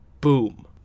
boom